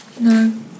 No